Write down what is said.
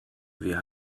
wir